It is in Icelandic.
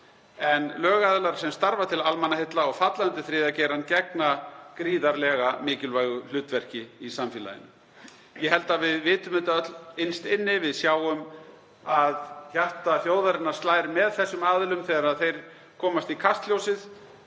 en lögaðilar sem starfa til almannaheilla og falla undir þriðja geirann gegna gríðarlega mikilvægu hlutverki í samfélaginu. Ég held að við vitum þetta öll innst inni. Við sjáum að hjarta þjóðarinnar slær með þessum aðilum þegar þeir komast í kastljósið.